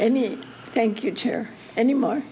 any thank you chair any more